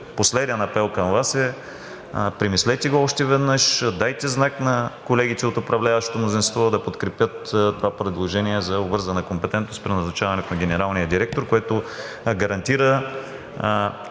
последен апел към Вас е: премислете го още веднъж, дайте знак на колегите от управляващото мнозинство да подкрепят това предложение за обвързана компетентност при назначаването на генералния директор, което гарантира